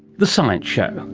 the science show,